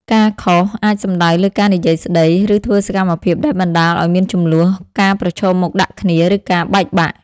ការ "ខុស" អាចសំដៅលើការនិយាយស្តី ឬធ្វើសកម្មភាពដែលបណ្ដាលឱ្យមានជម្លោះ ការប្រឈមមុខដាក់គ្នា ឬការបែកបាក់។